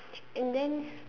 and then